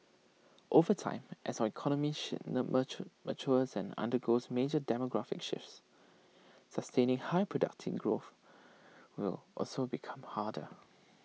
over time as our economy matures and undergoes major demographic shifts sustaining high productivity growth will also become harder